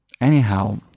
anyhow